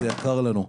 זה יקר לנו.